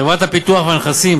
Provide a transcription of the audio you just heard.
חברת הפיתוח והנכסים,